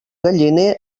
galliner